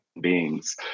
beings